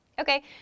Okay